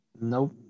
Nope